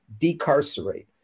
decarcerate